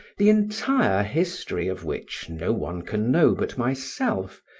the entire history of which no one can know but myself,